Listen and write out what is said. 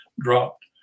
dropped